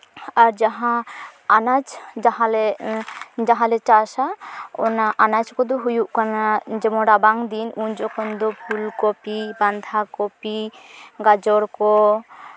ᱟᱨ ᱡᱟᱦᱟᱸ ᱟᱱᱟᱡᱽ ᱡᱟᱦᱟᱸᱞᱮ ᱪᱟᱥᱼᱟ ᱚᱱᱟ ᱟᱱᱟᱡᱽ ᱠᱚᱫᱚ ᱦᱩᱭᱩᱜ ᱠᱟᱱᱟ ᱡᱮᱢᱚᱱ ᱨᱟᱵᱟᱝ ᱫᱤᱱ ᱩᱱ ᱡᱚᱠᱷᱚᱱ ᱫᱚ ᱯᱷᱩᱞᱠᱚᱯᱤ ᱵᱟᱸᱫᱷᱟᱠᱚᱯᱤ ᱜᱟᱡᱚᱨ ᱠᱚ